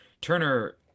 Turner